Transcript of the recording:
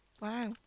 Wow